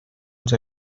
els